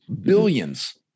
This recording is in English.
billions